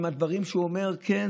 עם הדברים שהוא אומר: כן,